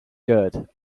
good